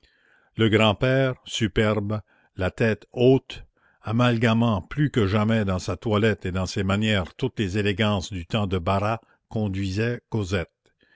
le grand-père superbe la tête haute amalgamant plus que jamais dans sa toilette et dans ses manières toutes les élégances du temps de barras conduisait cosette